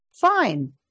fine